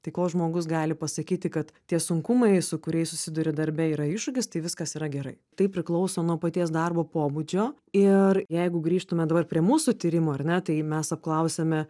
tai kol žmogus gali pasakyti kad tie sunkumai su kuriais susiduri darbe yra iššūkis tai viskas yra gerai tai priklauso nuo paties darbo pobūdžio ir jeigu grįžtume dabar prie mūsų tyrimo ar ne tai mes apklausėme